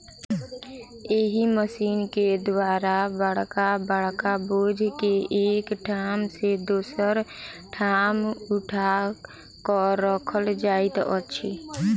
एहि मशीन के द्वारा बड़का बड़का बोझ के एक ठाम सॅ दोसर ठाम उठा क राखल जाइत अछि